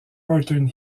horton